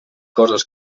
coses